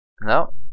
No